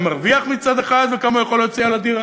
מרוויח מצד אחד וכמה הוא יכול להוציא על הדירה.